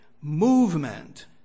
movement